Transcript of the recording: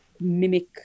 mimic